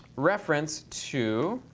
reference to